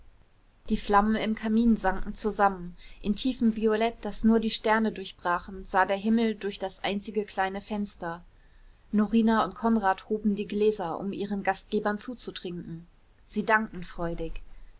die flammen im kamin sanken zusammen in tiefem violett das nur die sterne durchbrachen sah der himmel durch das einzige kleine fenster norina und konrad hoben die gläser um ihren gastgebern zuzutrinken sie dankten freudig